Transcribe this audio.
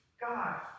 God